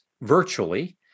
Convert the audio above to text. virtually